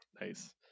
Nice